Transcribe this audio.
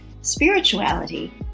spirituality